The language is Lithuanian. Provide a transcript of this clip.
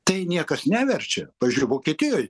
tai niekas neverčia pavyzdžiui vokietijoj